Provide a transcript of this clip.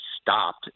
stopped